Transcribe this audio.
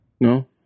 No